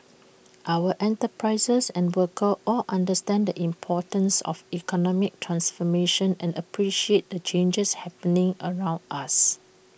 our enterprises and workers all understand the importance of economic transformation and appreciate the changes happening around us